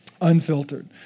unfiltered